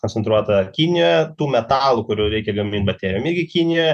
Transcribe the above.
koncentruota kinijoje tų metalų kurių reikia gamint baterijom irgi kinijoje